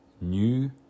new